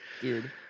Dude